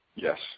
yes